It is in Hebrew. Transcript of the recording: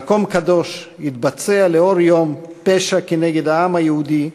במקום קדוש, התבצע לאור יום פשע כנגד העם היהודי,